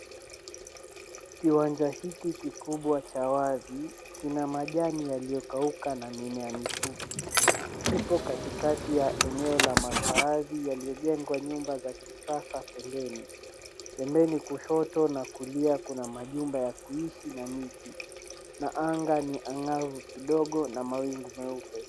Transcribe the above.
Kiwanja hiki kikubwa cha wazi kina majani yaliyokauka na mimea mimea mifupi. kipo katikati ya eneo la makaazi yaliyojengwa nyumba za kisasa pembeni. Pembeni kushoto na kulia kuna majumba ya kuishi na miti na angavu kidogo na mawingu meupe.